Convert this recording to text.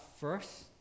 first